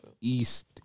east